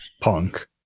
punk